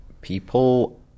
people